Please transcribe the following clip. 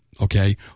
okay